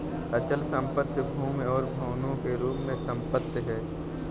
अचल संपत्ति भूमि और भवनों के रूप में संपत्ति है